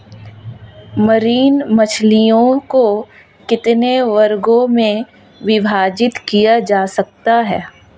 Marine मछलियों को कितने वर्गों में विभाजित किया जा सकता है?